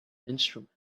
instrument